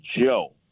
Joe